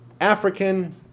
African